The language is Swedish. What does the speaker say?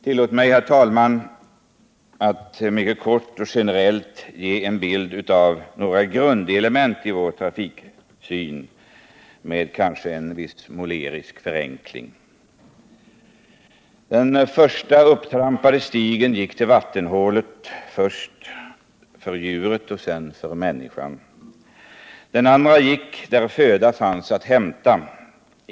Tillåt mig, herr talman, mycket kort och generellt ge en bild av några grundelement i vår trafiksyn med kanske en viss målerisk förenkling. Den första upptrampade stigen gick till vattenhålet, först för djuret och sedan för människan. Den andra gick där föda fanns att hämta.